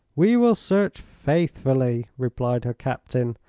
we will search faithfully, replied her captain,